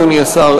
אדוני השר,